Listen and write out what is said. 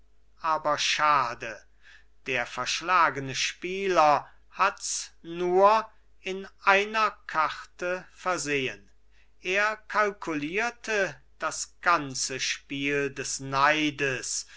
aber schade der verschlagene spieler hats nur in einer karte versehn er kalkulierte das ganze spiel des neides